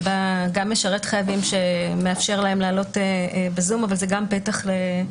זה גם משרת חייבים ומאפשר להם לעלות בזום אבל זה גם פתח ללחץ.